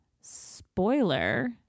spoiler